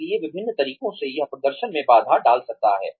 इसलिए विभिन्न तरीकों से यह प्रदर्शन में बाधा डाल सकता है